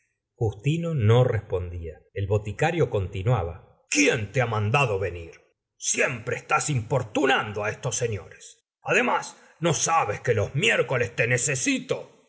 justino no respondía el boticario continuaba quién te ha mandado venir siempre estás gustavo flaubert importunando estos señores además no sabes que los miércoles te necesito